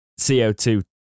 CO2